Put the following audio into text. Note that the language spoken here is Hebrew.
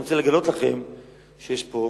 אני רוצה לגלות לכם שיש פה